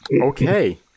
Okay